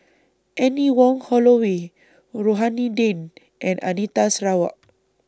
Anne Wong Holloway Rohani Din and Anita Sarawak